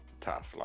tough